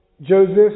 Joseph